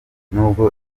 nubwo